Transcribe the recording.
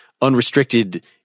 unrestricted